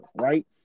right